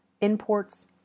imports